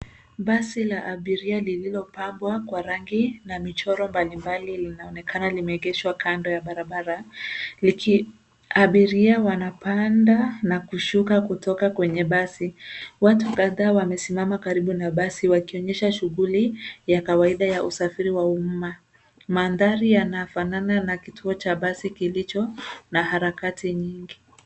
Basi la abiria lililopambwa kwa rangi na michoro mbalimbali linaonekana limeegeshwa kando ya barabara. Abiria wanapanda na kushuka kutoka kwenye basi. Watu kadhaa wamesimama karibu na basi wakionyesha shughuli ya kawaida ya usafiri wa umma. Mandhari yanafanana na kituo cha basi kilicho na harakati nyingi.